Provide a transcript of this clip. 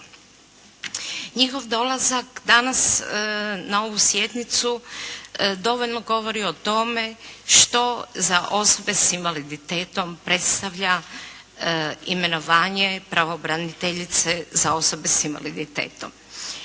Njihov dolazak danas na ovu sjednicu dovoljno govori o tome što za osobe s invaliditetom predstavlja imenovanje pravobraniteljice za osobe s invaliditetom.